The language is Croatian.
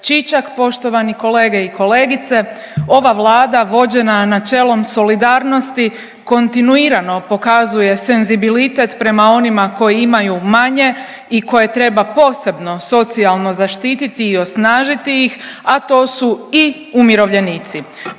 Čičak, poštovani kolege i kolegice. Ova Vlada vođena načelom solidarnosti kontinuirano pokazuje senzibilitet prema onima koji imaju manje i koje treba posebno socijalno zaštititi i osnažiti ih, a to su i umirovljenici.